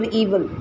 evil